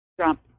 Trump